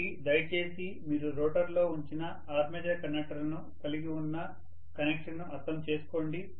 కాబట్టి దయచేసి మీరు రోటర్లో ఉంచిన ఆర్మేచర్ కండక్టర్లను కలిగి ఉన్న కనెక్షన్ను అర్థం చేసుకోండి